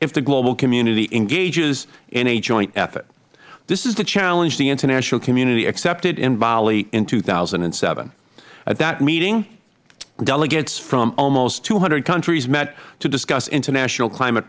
if the global community engages in a joint effort this is the challenge the international community accepted in bali in two thousand and seven at that meeting delegates from almost two hundred countries met to discuss international climate